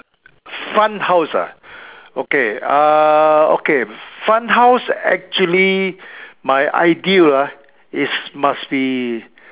fun house ah okay uh okay fun house actually my ideal ah is must be